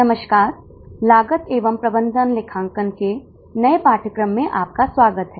नमस्ते पिछले कुछ सत्रों में हमने सीवीपी पर चर्चा की है